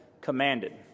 commanded